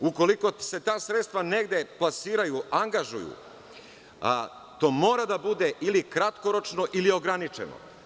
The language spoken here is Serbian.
Ukoliko se ta sredstva negde plasiraju, angažuju, to mora da bude ili kratkoročno ili ograničeno.